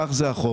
כך זה החוק.